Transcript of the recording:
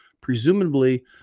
presumably